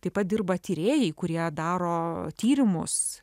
taip pat dirba tyrėjai kurie daro tyrimus